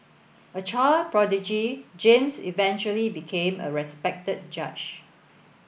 a child prodigy James eventually became a respected judge